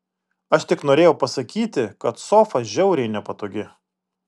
aš tik norėjau pasakyti kad sofa žiauriai nepatogi